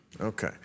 Okay